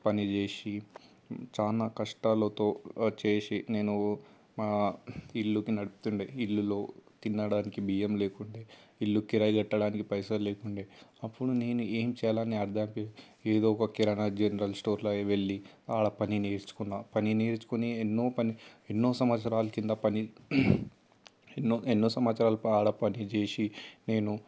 పనిచేసి చానా కష్టాలతో చేసి నేను మా ఇల్లుకి నడుపుతుండే ఇల్లులో తినడానికి బియ్యం లేకుండా ఇల్లు కిరాయి కట్టడానికి పైసలు లేకుండా అప్పుడు నేను ఏం చేయాలని అర్థం కాక ఏదో కిరాణా జనరల్ స్టోర్లోకి వెళ్ళి ఆడ పని నేర్చుకున్న పని నేర్చుకొని ఎన్నో పని ఎన్నో సంవత్సరాల కింద పని ఎన్నో ఎన్నో సంవత్సరాలు ఆడ పనిచేసి నేను